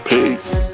Peace